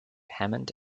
hammond